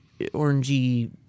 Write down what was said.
orangey